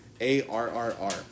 A-R-R-R